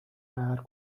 قهر